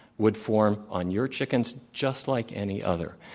would form on your chickens just like any other.